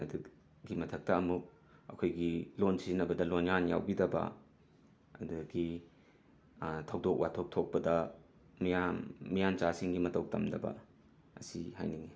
ꯑꯗꯒꯤ ꯃꯊꯛꯇ ꯑꯃꯨꯛ ꯑꯩꯈꯣꯏꯒꯤ ꯂꯣꯟ ꯁꯤꯖꯤꯅꯕꯗ ꯂꯣꯟꯌꯥꯟ ꯌꯥꯎꯕꯤꯗꯕ ꯑꯗꯒꯤ ꯊꯧꯗꯣꯛ ꯋꯥꯊꯣꯛ ꯊꯣꯛꯄꯗ ꯃꯤꯌꯥꯝ ꯃꯤꯌꯥꯟꯆꯥꯁꯤꯡꯒꯤ ꯃꯇꯧ ꯇꯝꯗꯕ ꯑꯁꯤ ꯍꯥꯏꯅꯤꯡꯉꯤ